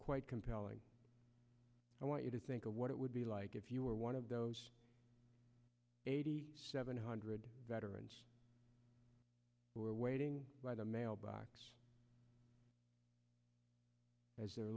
quite compelling i want you to think of what it would be like if you were one of those eighty seven hundred veterans who are waiting by the mailbox as their